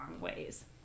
ways